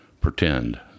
pretend